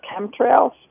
chemtrails